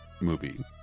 movie